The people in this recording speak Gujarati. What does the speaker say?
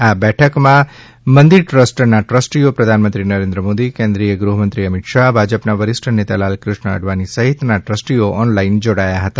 આ બેઠકમાં મંદિર ટ્રસ્ટના ટ્રસ્ટીઓ પ્રધાનમંત્રી નરેન્દ્ર મોદી કેન્દ્રિય ગૃહમંત્રી અમિત શાહ ભાજપના વરિષ્ઠ નેતા લાલકૃષ્ણ અડવાણી સહિતના ટ્રસ્ટીઓ ઓનલાઈન જોડાયા હતા